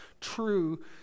true